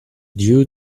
due